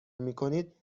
میکنید